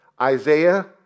Isaiah